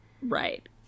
Right